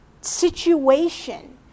situation